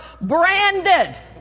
branded